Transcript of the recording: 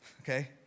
okay